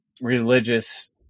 religious